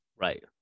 Right